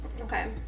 Okay